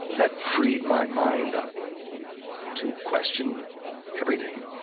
that freed my mind up to question everything.